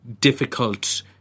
difficult